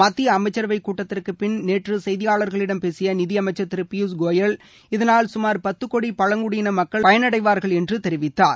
மத்திய அமைச்சரவை கூட்டத்திற்கு பின் நேற்று செய்தியாளர்களிடம் பேசிய நிதி அமைச்சர் திரு பியூஷ் கோயல் இதனால் சுமார் பத்து கோடி பழங்குடியின மக்கள் பயனடைவார்கள் என்று தெரிவித்தார்